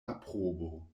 aprobo